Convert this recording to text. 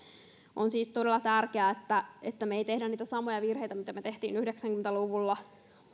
on siis todella tärkeää että että me emme tee niitä samoja virheitä mitä tehtiin yhdeksänkymmentä luvulla